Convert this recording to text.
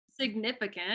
significant